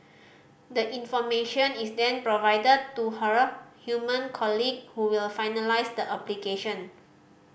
the information is then provided to her human colleague who will finalise the application